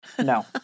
No